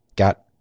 Got